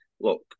look